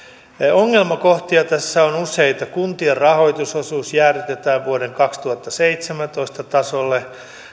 ongelmakohtia tässä on useita kuntien rahoitusosuus jäädytetään vuoden kaksituhattaseitsemäntoista tasolle